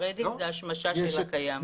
רידינג זה השמשה של הקיים.